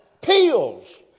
Pills